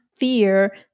Fear